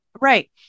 right